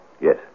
Yes